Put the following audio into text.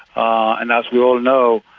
ah and as we all know,